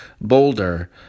Boulder